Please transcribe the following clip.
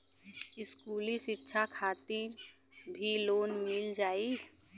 इस्कुली शिक्षा खातिर भी लोन मिल जाई?